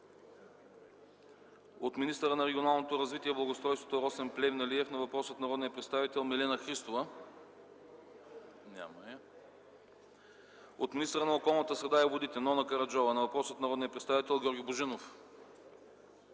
от министъра на регионалното развитие и благоустройството Росен Плевнелиев на въпрос от народния представител Милена Христова; - от министъра на околната среда и водите Нона Караджова на въпрос от народния представител Георги Божинов;